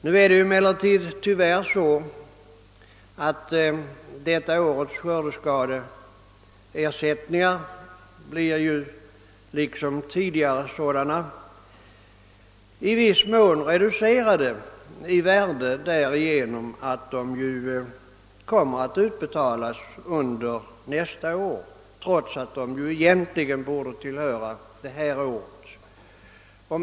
Värdet av detta års skördeskadeersättningar blir emellertid, liksom också tidigare varit förhållandet, tyvärr i viss mån reducerat genom att ersättningarna, trots att de avser detta års skördeutfall, inte kommer att utbetalas förrän under nästa år.